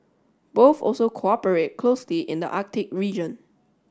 both also cooperate closely in the Arctic region